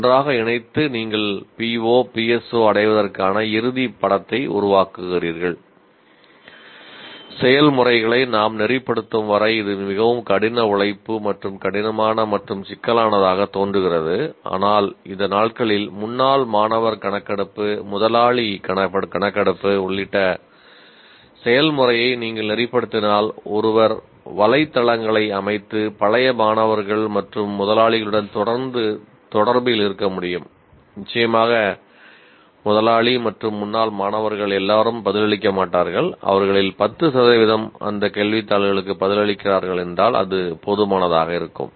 ஒன்றாக இணைத்து நீங்கள் PO PSO அடைவதற்கான இறுதிப் படத்தை உருவாக்குகிறீர்கள் செயல்முறைகளை நாம் நெறிப்படுத்தும் வரை இது மிகவும் கடினஉழைப்பு மற்றும் கடினமான மற்றும் சிக்கலானதாக தோன்றுகிறது ஆனால் இந்த நாட்களில் முன்னாள் மாணவர் கணக்கெடுப்பு முதலாளி கணக்கெடுப்பு உள்ளிட்ட செயல்முறையை நீங்கள் நெறிப்படுத்தினால் ஒருவர் வலைத்தளங்களை அமைத்து பழைய மாணவர்கள் மற்றும் முதலாளிகளுடன் தொடர்ந்து தொடர்பில் இருக்க முடியும் நிச்சயமாக முதலாளி மற்றும் முன்னாள் மாணவர்கள் எல்லோரும் பதிலளிக்க மாட்டார்கள் அவர்களில் 10 சதவிகிதம் அந்த கேள்வித்தாள்களுக்கு பதிலளிக்கிறார்கள் என்றால் அது போதுமானதாக இருக்கும்